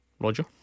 Roger